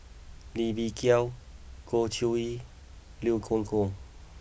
Lee Bee Wah Goh Chiew Lye Liew Geok Leong